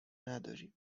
نداریم